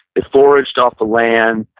they foraged off the land.